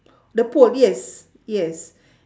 the pole yes yes